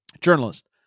journalist